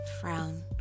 frown